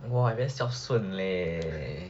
!wah! you very 孝顺 leh